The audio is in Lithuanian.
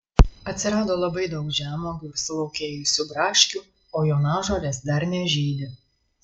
atsirado labai daug žemuogių ir sulaukėjusių braškių o jonažolės dar nežydi